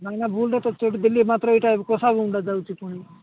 ନାଇଁ ଆଜ୍ଞା ଭୁଲରେ ତ ଚଢ଼ିଥିଲି ଏକାଥରେ ବରମୁଣ୍ଡା ଯାଉଛି ପୁଣି